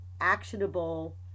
actionable